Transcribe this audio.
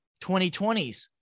2020s